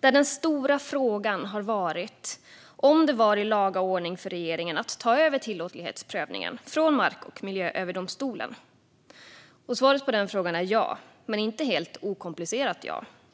Den stora frågan har varit om det var i laga ordning för regeringen att ta över tillåtlighetsprövningen från Mark och miljööverdomstolen. Svaret på den frågan är ja. Men det är inte ett helt okomplicerat ja.